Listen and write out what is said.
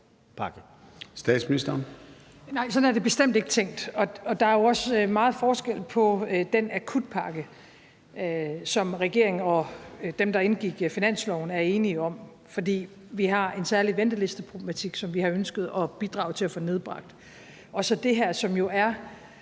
Nej, sådan er det bestemt ikke tænkt. Der er jo også meget forskel på den akutpakke, som regeringen og dem, der indgik finansloven, er enige om, fordi vi har en særlig ventelisteproblematik, som vi har ønsket at bidrage til at få nedbragt, og så det her. Og ja,